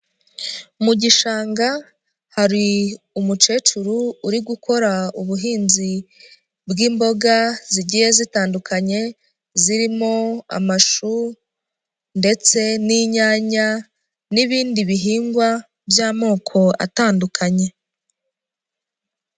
Mu gishanga hari umukecuru uri gukora ubuhinzi bw'imboga zigiye zitandukanye; zirimo amashu ndetse n'inyanya n'ibindi bihingwa by'amoko atandukanye.